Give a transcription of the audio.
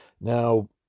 Now